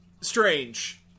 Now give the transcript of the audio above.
strange